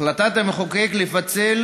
החלטת המחוקק לפצל